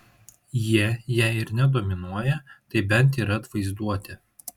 jie jei ir ne dominuoja tai bent yra atvaizduoti